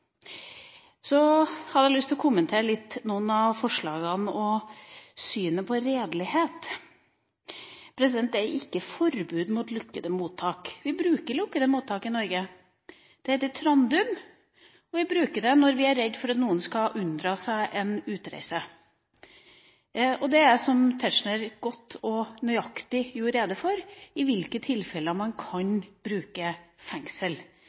så mange innstramminger de siste åtte åra at Fremskrittspartiet må trosse internasjonale konvensjoner for å klare å være på yttersida av regjeringa i dag. Jeg har lyst til å kommentere noen av forslagene – også synet på redelighet. Det er ikke forbud mot lukkede mottak. Vi bruker lukkede mottak i Norge, bl.a. Trandum, og vi bruker det når vi er redd for at noen skal unndra seg en utreise. Tetzschner gjorde godt og nøyaktig rede for